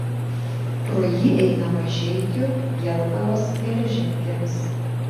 pro jį eina mažeikių jelgavos geležinkelis